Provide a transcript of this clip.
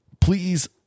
please